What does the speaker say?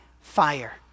fire